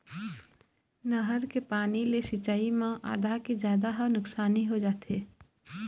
नहर के पानी ले सिंचई म आधा के जादा ह नुकसानी हो जाथे